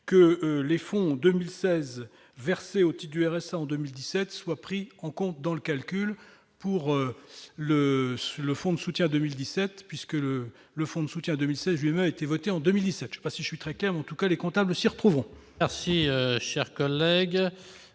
que les fonds de 2016 versés au titre du RSA en 2017 soient pris en compte dans le calcul pour le fonds de soutien de 2017, puisque le fonds de soutien de 2016 lui-même a été voté en 2017. Je ne sais pas si je suis très clair, mais, en tout cas, les comptables s'y retrouveront ! Je suis